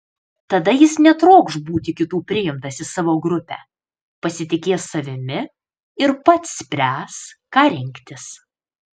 tada jis netrokš būti kitų priimtas į savo grupę pasitikės savimi ir pats spręs ką rinktis